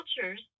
cultures